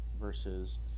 versus